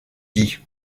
dee